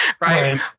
right